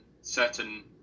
certain